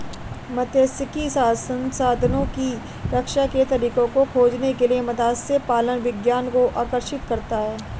मात्स्यिकी संसाधनों की रक्षा के तरीकों को खोजने के लिए मत्स्य पालन विज्ञान को आकर्षित करता है